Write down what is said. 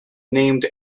named